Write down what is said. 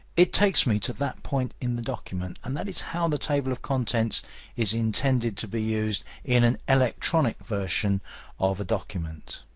it takes me to that point in the document and that is how the table of contents is intended to be used in an electronic version of a document.